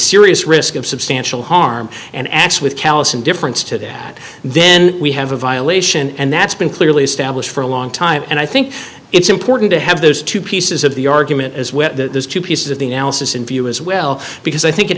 serious risk of substantial harm and acts with callous indifference to that then we have a violation and that's been clearly established for a long time and i think it's important to have those two pieces of the argument as well the two pieces of the analysis in view as well because i think